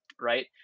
right